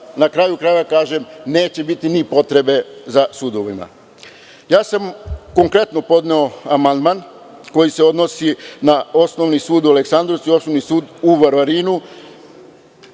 na kraju krajeva kažem neće biti ni potrebe za sudovima. Ja sam konkretno podneo amandman koji se odnosi na Osnovni sud u Aleksandrovcu i Osnovi sud u Varvarinu,